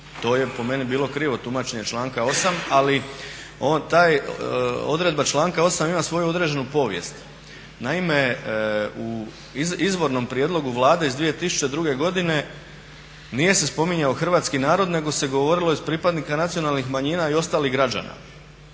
to je po meni bilo krivo tumačenje članka 8.ali ta odredba članka 8.ima svoju određenu povijesti. Naime, u izvornom prijedlogu Vlade iz 2002.godine nije se spominjao hrvatski narod nego se govorilo iz pripadnika nacionalnih manjina i ostalih građana.